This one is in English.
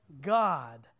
God